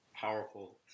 powerful